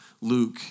Luke